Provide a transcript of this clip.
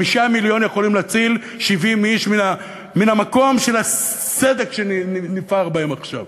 5 מיליון יכולים להציל 70 איש מן המקום של הסדק שנפער בהם עכשיו.